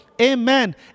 Amen